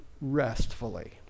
restfully